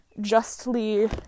justly